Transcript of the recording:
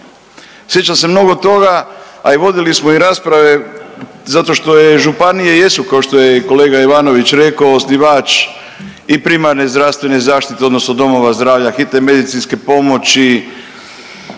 Sjećam se mnogo toga, a i vodili smo i rasprave zato što je, županije i jesu, kao što je kolega Ivanović rekao osnivač i primarne zdravstvene zaštite, odnosno domova zdravlja, hitne medicinske pomoći,